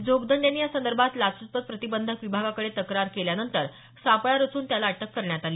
जोदगंड यांनी यासंदर्भात लाचलुचपत प्रतिबंधक विभागाकडे तक्रार केल्यानंतर सापळा रचून त्याला अटक करण्यात आली